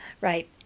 right